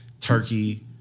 turkey